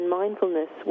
mindfulness